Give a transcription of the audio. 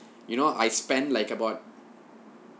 you know I spend like about